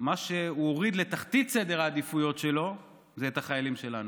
מה שהוא הוריד לתחתית סדר העדיפויות שלו זה החיילים שלנו.